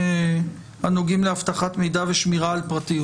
הנוגעים לאבטחת מידע ושמירה על פרטיות"?